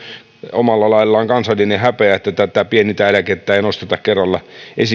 omalla laillaan kansallinen häpeä että tätä pienintä eläkettä ei nosteta kerralla